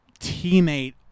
teammate